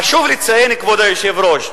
חשוב לציין, כבוד היושב-ראש,